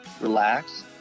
relax